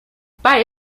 pas